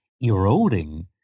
eroding